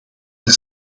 daar